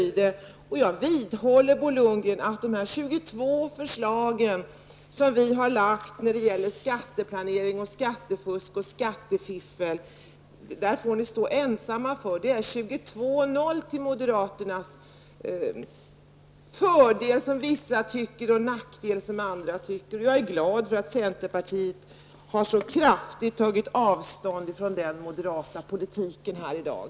Jag vidhåller, Bo Lundgren, att de 22 förslagen som socialdemokraterna har lagt fram när det gäller skatteplanering, skattefusk och skattefiffel får ni stå ensamma emot. Det är 22-0 till moderaternas fördel, som vissa tycker, eller nackdel, som andra tycker. Jag är glad för att centerpartiet har så kraftigt tagit avstånd från den moderata politiken i dag.